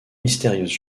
mystérieuse